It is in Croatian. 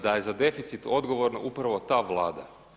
Da je za deficit odgovorna upravo ta Vlada.